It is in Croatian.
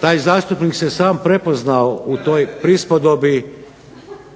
taj zastupnik se sam prepoznao u toj prispodobi,